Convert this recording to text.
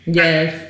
yes